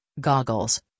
goggles